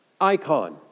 Icon